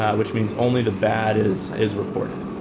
which means only the bad is is reported.